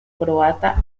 croata